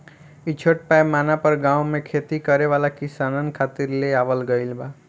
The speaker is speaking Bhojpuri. इ छोट पैमाना पर गाँव में खेती करे वाला किसानन खातिर ले आवल गईल बा